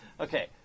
Okay